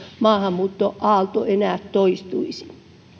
maahanmuuttoaalto ei enää toistuisi